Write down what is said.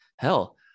hell